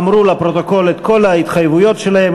אמרו לפרוטוקול את כל ההתחייבויות שלהם.